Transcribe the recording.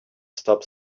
stop